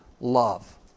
love